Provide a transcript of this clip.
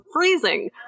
freezing